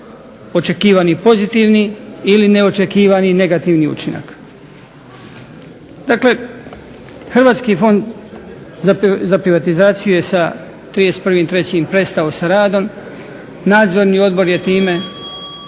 očekivani pozitivni ili neočekivani negativni učinak. Dakle, Hrvatski fond za privatizaciju je sa 31.3. prestao sa radom, nadzorni odbor je time